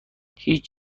هیچ